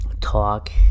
talk